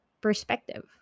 perspective